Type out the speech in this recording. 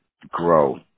grow